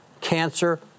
cancer